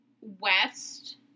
west